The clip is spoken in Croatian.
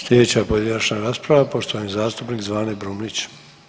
Slijedeća pojedinačna rasprava poštovani zastupnik Zvane Brumnić.